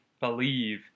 believe